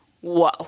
whoa